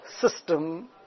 system